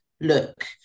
look